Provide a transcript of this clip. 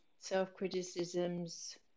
self-criticisms